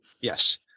yes